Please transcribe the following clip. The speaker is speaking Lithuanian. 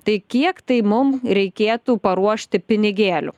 tai kiek tai mum reikėtų paruošti pinigėlių